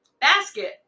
basket